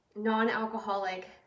non-alcoholic